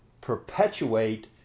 perpetuate